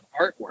artwork